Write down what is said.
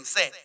Say